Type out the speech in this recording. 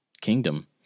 kingdom